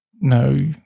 No